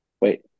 Wait